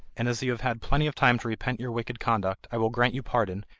and as you have had plenty of time to repent your wicked conduct, i will grant you pardon,